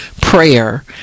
prayer